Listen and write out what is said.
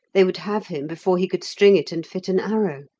they would have him before he could string it and fit an arrow.